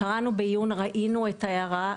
בעיון, ראינו את ההערה,